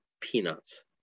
peanuts